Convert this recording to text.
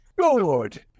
Lord